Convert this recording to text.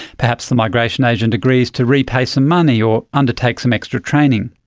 perhaps the migration agent agrees to repay some money or undertake some extra training.